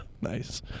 Nice